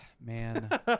Man